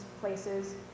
places